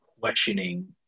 questioning